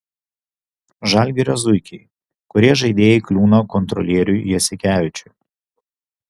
žalgirio zuikiai kurie žaidėjai kliūna kontrolieriui jasikevičiui